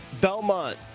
belmont